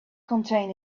contain